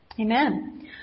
Amen